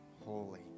holy